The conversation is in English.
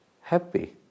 happy